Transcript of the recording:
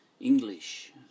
English